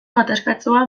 gatazkatsua